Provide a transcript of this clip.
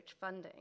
funding